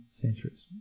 centuries